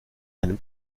einem